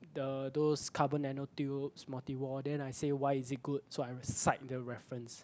the those carbonano tubes multi wall then I say why is it good so I'll cite the reference